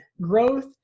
Growth